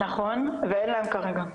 נכון, ואין להם כרגע.